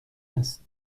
است